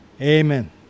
Amen